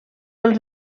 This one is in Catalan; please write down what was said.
els